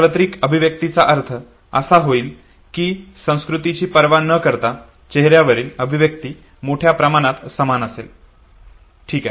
सार्वत्रिक अभिव्यक्तीचा अर्थ असा होईल की संस्कृतीची पर्वा न करता चेहऱ्यावरील अभिव्यक्ती मोठ्या प्रमाणात समान असेल ठीक आहे